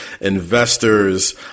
investors